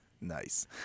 Nice